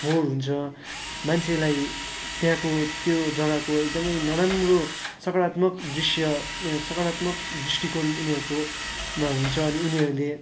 फोहोर हुन्छ मान्छेलाई त्यहाँको त्यो जग्गाको एकदमै नराम्रो सकारात्मक दृश्य ए सकारात्मक दृष्टिकोण उनीहरूकोमा हुन्छ अनि उनीहरूले